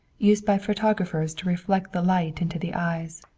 used by photographers to reflect the light into the eyes.